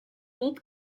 dut